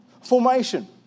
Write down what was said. Formation